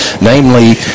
namely